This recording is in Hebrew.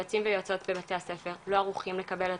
יועצים ויועצות בבתי הספר לא ערוכים לקבל את